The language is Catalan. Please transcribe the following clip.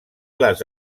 les